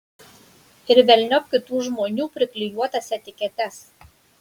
ir velniop kitų žmonių priklijuotas etiketes